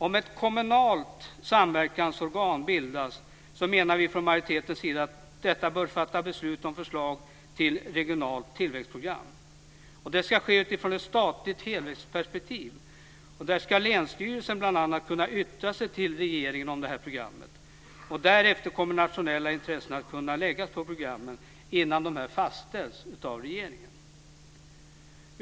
Om ett kommunalt samverkansorgan bildas så menar vi från majoritetens sida att detta bör fatta beslut om förslag till regionalt tillväxtprogram. Det ska ske utifrån ett statligt helhetsperspektiv. Där ska bl.a. länsstyrelsen kunna yttra sig till regeringen om detta program. Och därefter kommer nationella intressen att kunna läggas på programmen innan de fastställs av regeringen.